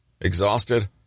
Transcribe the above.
Exhausted